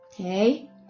okay